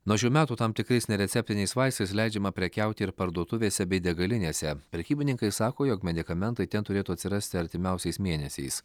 nuo šių metų tam tikrais nereceptiniais vaistais leidžiama prekiauti ir parduotuvėse bei degalinėse prekybininkai sako jog medikamentai ten turėtų atsirasti artimiausiais mėnesiais